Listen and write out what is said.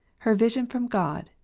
her vision from god,